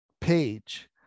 page